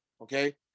Okay